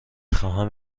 خواهم